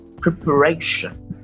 preparation